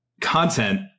content